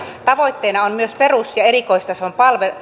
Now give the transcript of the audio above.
tavoitteena on myös perus ja erikoistason